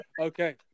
Okay